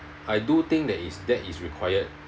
I do think that is that is required